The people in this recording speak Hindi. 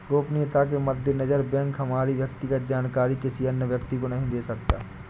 गोपनीयता के मद्देनजर बैंक हमारी व्यक्तिगत जानकारी किसी अन्य व्यक्ति को नहीं दे सकता